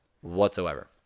whatsoever